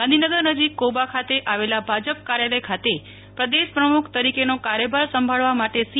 ગાંધીનગર નજીક કોબા ખાતે આવેલા ભાજપ કાર્યાલય ખાતે પ્રદેશ પ્રમુખ તરીકેનો કાર્યભાર સંભાળવા માટે સી